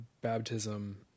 baptism